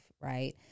right